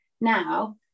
now